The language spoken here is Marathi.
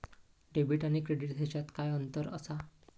डेबिट आणि क्रेडिट ह्याच्यात काय अंतर असा?